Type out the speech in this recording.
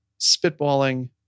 spitballing